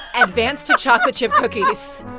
advance to chocolate chip cookies